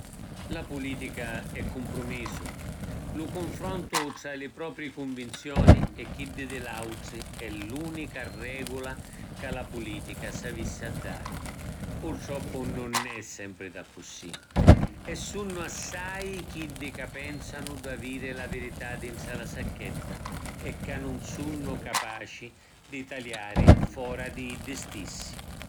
La pulitica è cumprumisu. Lu cunfrontu tra li propri cunvinzioni e chiddi di l’autri è l’unica regula ca la pulitica s’avissi a dari. Purtroppu nun è sempri daccussì e sunnu assai chiddi ca pensanu d’aviri la virità dintra la sacchetta e ca nun sunnu capaci di taliari fora di iddi stissi.